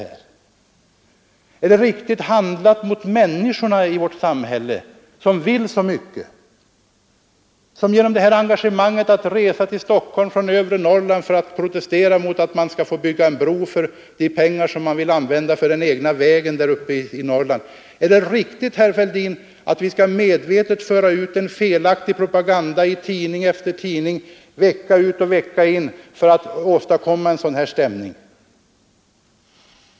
Är det riktigt handlat mot människorna i vårt samhälle som vill så mycket och som på grund av sitt engagemang reser från övre Norrland till Stockholm för att protestera mot att vi skall bygga en bro för de pengar som man vill använda för den egna vägen där uppe i Norrland? Är det riktigt, herr Fälldin, att medvetet föra ut en felaktig propaganda i tidning efter tidning vecka ut och vecka in för att åstadkomma en sådan stämning?